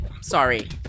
Sorry